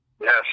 Yes